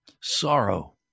sorrow